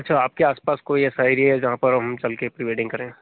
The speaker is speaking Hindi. अच्छा आपके आस पास कोई ऐसा एरिया है जहाँ पर हम चल कर प्रीवेडिंग करें